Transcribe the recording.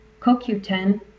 CoQ10